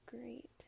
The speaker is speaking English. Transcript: great